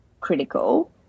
critical